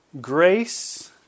Grace